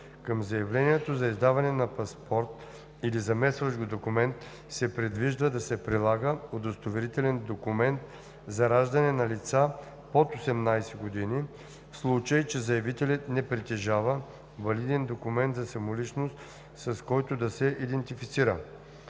Към заявлението за издаване на паспорт или заместващ го документ се предвижда да се прилага удостоверителен документ за раждане на лица под 18 години, в случай че заявителят не притежава валиден документ за самоличност, с който да се идентифицира.